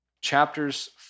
Chapters